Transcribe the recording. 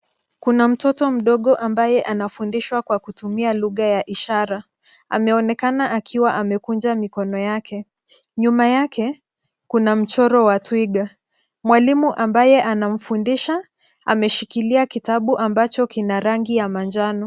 Kuna mtoto mdogo ambaye anafundishwa kwa kutumia lugha ya ishara. Ameonekana akiwa amekunja mikono yake. Nyuma yake, kuna mchoro wa twiga. Mwalimu ambaye anamfundisha, ameshikilia kitabu ambacho kina rangi ya majano.